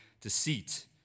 deceit